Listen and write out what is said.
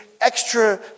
extra